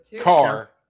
car